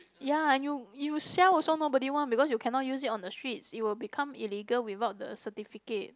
ya and you you sell also nobody want because you cannot use it on the streets it will become illegal without the certificate